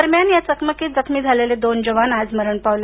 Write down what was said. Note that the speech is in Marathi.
दरम्यान या चकमकीत जखमी झालेले दोन जवान आज मरण पावले